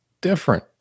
different